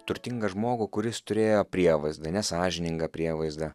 turtingą žmogų kuris turėjo prievaizdą nesąžiningą prievaizdą